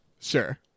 Sure